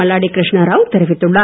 மல்லாடி கிருஷ்ணராவ் தெரிவித்துள்ளார்